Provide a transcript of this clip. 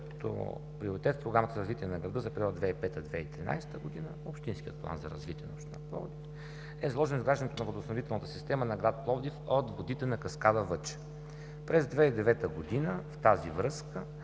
като приоритет в програмата за развитие на града за периода 2005 – 2013 г. в Общинския план за развитие на община Пловдив е заложено изграждането на водоснабдителната система на град Пловдив от водите на каскада „Въча“. През 2009 г. в тази връзка